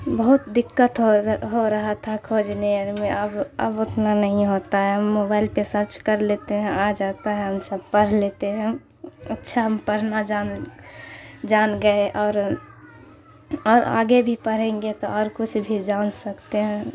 بہت دقت ہو ہو رہا تھا کھوجنے میں اب اب اتنا نہیں ہوتا ہے ہم موبائل پہ سرچ کر لیتے ہیں آ جاتا ہے ہم سب پرھ لیتے ہیں ہم اچھا ہم پڑھا جان جان گئے اور اور آگے بھی پڑھیں گے تو اور کچھ بھی جان سکتے ہیں